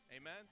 Amen